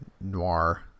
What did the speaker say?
noir